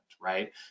right